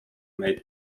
made